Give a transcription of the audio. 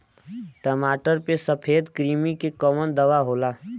टमाटर पे सफेद क्रीमी के कवन दवा होला?